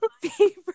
favorite